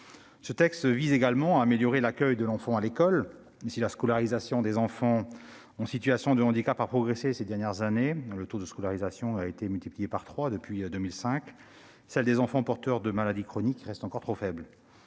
Ce texte entend également améliorer l'accueil de ces enfants à l'école. Si la scolarisation des enfants en situation de handicap a progressé ces dernières années- le taux de scolarisation a été multiplié par trois depuis la loi de 2005 -, celle des enfants porteurs de maladies chroniques reste encore trop faible.